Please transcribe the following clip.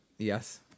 Yes